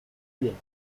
bien